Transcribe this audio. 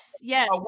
Yes